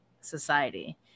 society